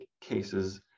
cases